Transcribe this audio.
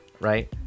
right